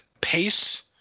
pace